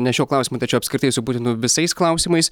ne šiuo klausimu tačiau apskritai su putinu visais klausimais